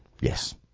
Yes